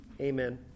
Amen